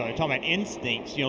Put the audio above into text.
um ah instincts. you know